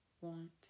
want